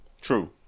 True